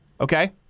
Okay